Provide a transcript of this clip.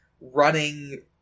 running